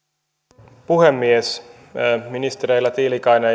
arvoisa puhemies ministereillä tiilikainen